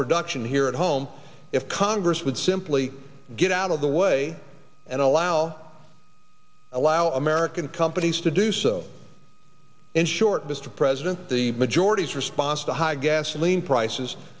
production here at home if congress would simply get out of the way and allow allow american companies to do so in short mr president the majority's response to high gasoline prices